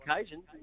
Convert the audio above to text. occasions